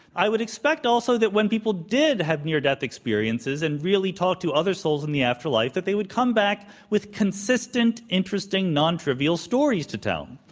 i would expect, also, that when people did have near death experiences, and really talked to other souls in the afterlife, that they would come back with consistent, interesting, non-trivial stories to tell.